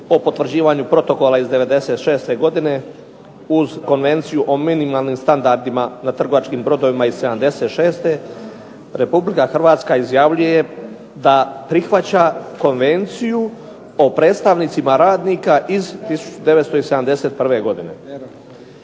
o potvrđivanju protokola iz '96. godine uz Konvenciju o minimalnim standardima na trgovačkim brodovima iz '76. RH izjavljuje da prihvaća Konvenciju o predstavnicima radnika iz 1971. godine.